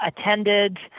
attended